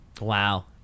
wow